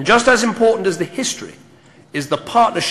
למרות העליות והמורדות שהוזכרו כאן קודם.